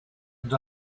and